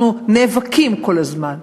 אנחנו נאבקים כל הזמן,